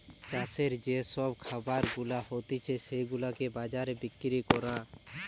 চাষের যে সব খাবার গুলা হতিছে সেগুলাকে বাজারে বিক্রি করা